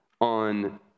on